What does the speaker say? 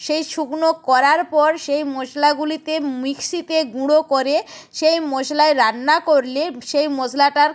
সেই শুকনো করার পর সেই মশলাগুলিকে মিক্সিতে গুঁড়ো করে সেই মশলায় রান্না করলে সেই মশলাটার